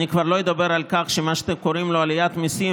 אני כבר לא אדבר על כך שמה שאתם קוראים לו "עליית מיסים",